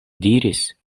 diris